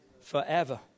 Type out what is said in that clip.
forever